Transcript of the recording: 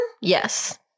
Yes